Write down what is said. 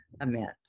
amends